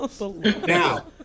Now